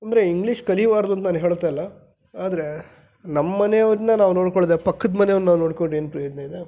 ಅಂದರೆ ಇಂಗ್ಲೀಷ್ ಕಲಿಬಾರ್ದು ಅಂತ ನಾನು ಹೇಳ್ತಾಯಿಲ್ಲ ಆದರೆ ನಮ್ಮನೆ ಅವ್ರನ್ನ ನಾವು ನೋಡಿಕೊಳ್ದೆ ಪಕ್ಕದ ಮನೆಯವ್ರನ್ನ ನೋಡ್ಕೊಂಡು ಏನು ಪ್ರಯೋಜನ ಇದೆ